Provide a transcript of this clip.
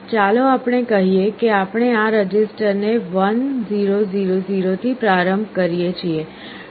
ચાલો આપણે કહીએ કે આપણે આ રજિસ્ટરને 1 0 0 0 થી પ્રારંભ કરીએ છીએ